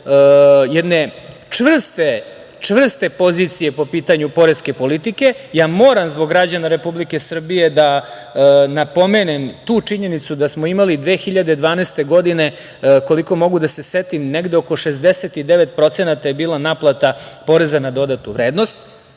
jedne čvrste pozicije po pitanju poreske politike. Ja moram, zbog građana Republike Srbije, da napomenem tu činjenicu da smo imali 2012. godine, koliko mogu da se setim, negde oko 69% je bila naplata poreza na dodatu vrednost